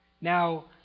Now